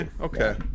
Okay